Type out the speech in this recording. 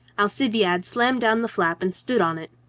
alcibiade slammed down the flap and stood on it.